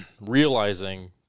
realizing